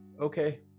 okay